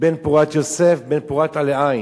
"בן פֹרת יוסף בן פֹרת עלי עין"